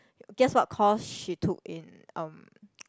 guess what course she took in um